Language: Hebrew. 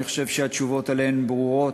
אני חושב שהתשובות עליהן ברורות.